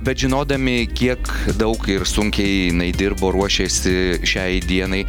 bet žinodami kiek daug ir sunkiai jinai dirbo ruošėsi šiai dienai